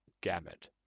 gamut